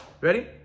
ready